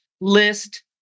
list